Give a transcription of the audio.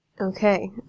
Okay